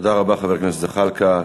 תודה רבה, חבר הכנסת זחאלקה.